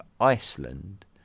Iceland